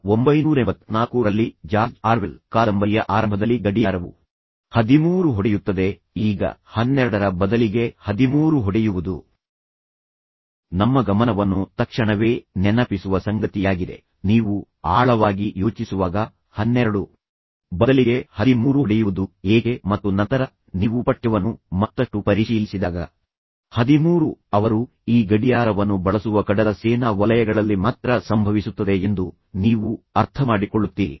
1984 ರಲ್ಲಿ George Orwell ಆದ್ದರಿಂದ ಕಾದಂಬರಿಯ ಆರಂಭದಲ್ಲಿ ಗಡಿಯಾರವು ಹದಿಮೂರು ಹೊಡೆಯುತ್ತದೆ ಈಗ ಹನ್ನೆರಡರ ಬದಲಿಗೆ ಹದಿಮೂರು ಹೊಡೆಯುವುದು ನಮ್ಮ ಗಮನವನ್ನು ತಕ್ಷಣವೇ ನೆನಪಿಸುವ ಸಂಗತಿಯಾಗಿದೆ ನೀವು ಆಳವಾಗಿ ಯೋಚಿಸುವಾಗ ಹನ್ನೆರಡು ಬದಲಿಗೆ ಹದಿಮೂರು ಹೊಡೆಯುವುದು ಏಕೆ ಮತ್ತು ನಂತರ ನೀವು ಪಠ್ಯವನ್ನು ಮತ್ತಷ್ಟು ಪರಿಶೀಲಿಸಿದಾಗ ಹದಿಮೂರು ಅವರು ಈ ಗಡಿಯಾರವನ್ನು ಬಳಸುವ ಕಡಲ ಸೇನಾ ವಲಯಗಳಲ್ಲಿ ಮಾತ್ರ ಸಂಭವಿಸುತ್ತದೆ ಎಂದು ನೀವು ಅರ್ಥಮಾಡಿಕೊಳ್ಳುತ್ತೀರಿ